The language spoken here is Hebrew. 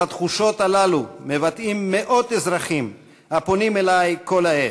את התחושות האלה מבטאים מאות אזרחים הפונים אלי כל העת.